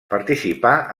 participà